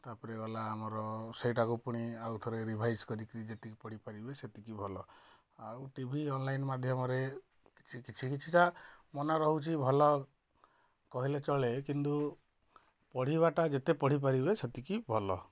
ତାପରେ ଗଲା ଆମର ସେଇଟା କୁ ପୁଣି ଆଉ ଥରେ ରିଭାଇଜ୍ କରିକି ଯେତିକି ପଢ଼ି ପାରିବେ ସେତିକି ଭଲ ଆଉ ଟି ଭି ଅନଲାଇନ ମାଧ୍ୟମରେ କିଛି କିଛିଟା ମନେ ରହୁଛି ଭଲ କହିଲେ ଚଳେ କିନ୍ତୁ ପଢ଼ିବା ଟା ଯେତେ ପଢ଼ି ପାରିବେ ସେତିକି ଭଲ